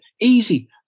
Easy